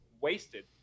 wasted